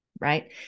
right